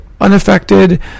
unaffected